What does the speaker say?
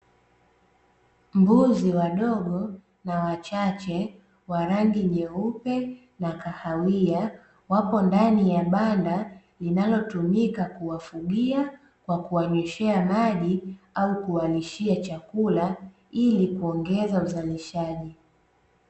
Mbuzi wadogo na wachache wa rangi nyeupe na kahawia wapo ndani ya banda, linalotumika kuwafugia, kwa kuwanyweshea maji au kuwalishia chakula ili kuongeza uzalishaji.